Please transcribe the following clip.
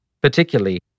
Particularly